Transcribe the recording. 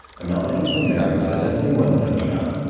i'm not looking for marriage, but definitely more than hooking up.